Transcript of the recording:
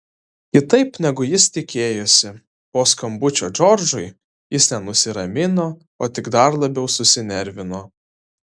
kitaip negu jis tikėjosi po skambučio džordžui jis ne nusiramino o tik dar labiau susinervino